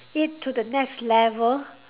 it to the next level